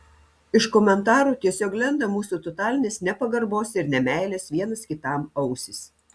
iš komentarų tiesiog lenda mūsų totalinės nepagarbos ir nemeilės vienas kitam ausys